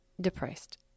depressed